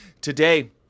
today